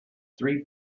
three